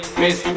miss